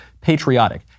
Patriotic